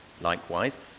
Likewise